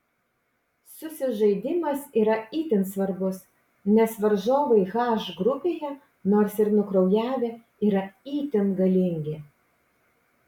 susižaidimas yra itin svarbus nes varžovai h grupėje nors ir nukraujavę yra itin galingi